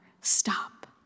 stop